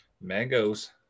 Mangoes